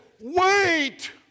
Wait